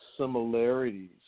similarities